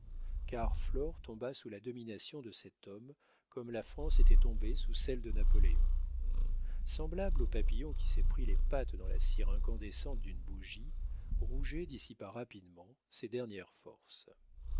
car flore tomba sous la domination de cet homme comme la france était tombée sous celle de napoléon semblable au papillon qui s'est pris les pattes dans la cire incandescente d'une bougie rouget dissipa rapidement ses dernières forces